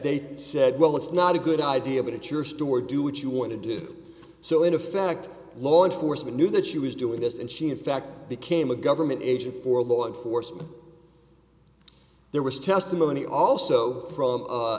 they'd said well that's not a good idea but it's your store do what you want to do so in effect law enforcement knew that she was doing this and she in fact became a government agent for law enforcement there was testimony also from